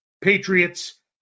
Patriots